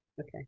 Okay